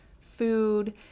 food